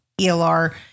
ELR